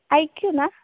I Q ന്നാ